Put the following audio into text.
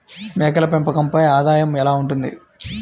మేకల పెంపకంపై ఆదాయం ఎలా ఉంటుంది?